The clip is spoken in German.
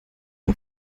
der